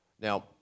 Now